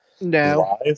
No